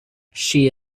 she